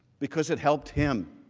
because it helped him.